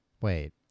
Wait